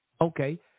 Okay